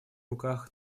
руках